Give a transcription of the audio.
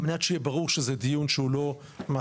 על מנת שיהיה ברור שזהו דיון שהוא לא --- ולחוץ,